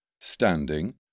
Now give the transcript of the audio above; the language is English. standing